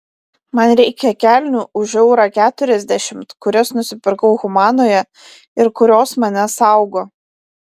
man reikia kelnių už eurą keturiasdešimt kurias nusipirkau humanoje ir kurios mane saugo